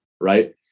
right